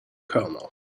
colonel